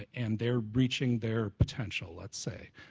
and they're reaching their potential let's say,